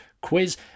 quiz